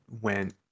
went